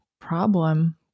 problem